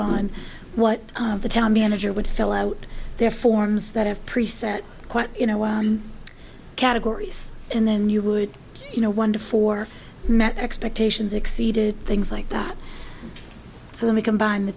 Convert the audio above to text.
on what the town manager would fill out their forms that have preset quite you know what categories and then you would you know wonder for met expectations exceeded things like that so that we combine the